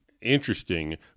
interesting